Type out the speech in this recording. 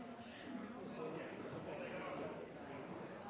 sa noko som